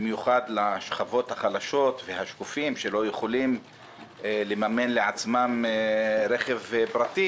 במיוחד לשכבות החלשות והאנשים השקופים שלא יכולים לממן רכב פרטי,